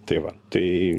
tai va tai